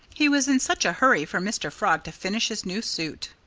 he was in such a hurry for mr. frog to finish his new suit.